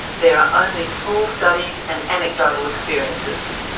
there are only small studies and anecdotal experiences.